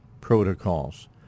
protocols